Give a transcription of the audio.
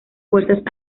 fuerzas